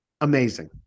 amazing